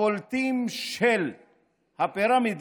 הבולטים של הפרמדיק